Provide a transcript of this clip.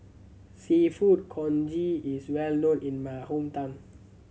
Seafood Congee is well known in my hometown